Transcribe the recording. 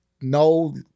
no